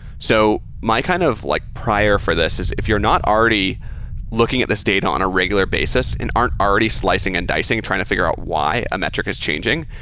so my kind of like prior for this is if you're not already looking at this data on a regular basis and aren't already slicing and dicing and trying to fi gure out why a metric is changing,